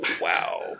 Wow